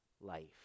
life